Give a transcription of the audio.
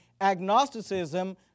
agnosticism